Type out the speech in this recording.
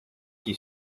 qui